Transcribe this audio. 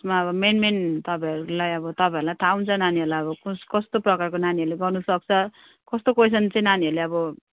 यसमा अब main main तपाईँहरूलाई अब तपाईँहरूलाई थाहा हुन्छ नानीहरूलाई अब कस कस्तो प्रकारको नानीहरूले गर्न सक्छ कस्तो क्वेस्चन चाहिँ नानीहरूले अब